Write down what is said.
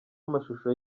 amashusho